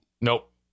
Nope